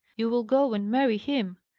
you will go and marry him!